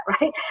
right